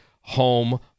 home